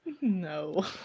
No